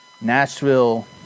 Nashville